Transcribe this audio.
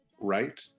right